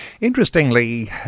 Interestingly